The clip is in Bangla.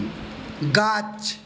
গাছ